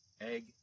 egg